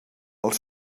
els